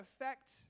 affect